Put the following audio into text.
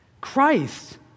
Christ